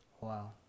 Wow